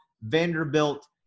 Vanderbilt